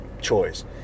choice